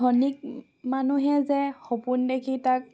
ধনিক মানুহে যে সপোন দেখি তাক